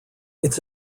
its